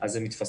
אז זה מתפספס.